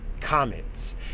comets